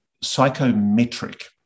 psychometric